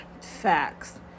Facts